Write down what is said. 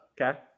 Okay